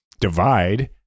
divide